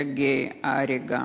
לגיא ההרגה.